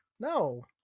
No